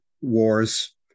wars